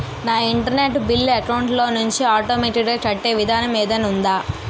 నా internet bill account లోంచి automatic గా కట్టే విధానం ఏదైనా ఉందా?